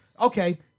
Okay